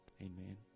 Amen